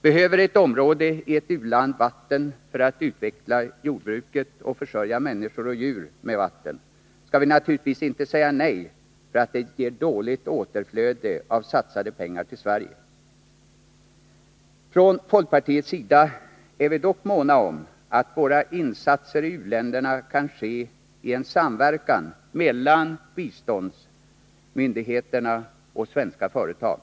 Behöver ett område i ett u-land vatten för att utveckla jordbruket och försörja människor och djur med vatten, skall vi naturligtvis inte säga nej för att det ger dåligt återflöde av satsade pengar till Sverige. Från folkpartiets sida är vi dock måna om att våra insatser i u-länderna kan ske i en samverkan mellan biståndsmyndigheterna och svenska företag.